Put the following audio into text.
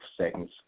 seconds